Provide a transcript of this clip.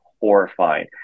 horrifying